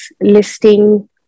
listing